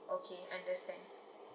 okay understand